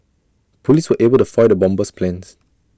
Police were able to foil the bomber's plans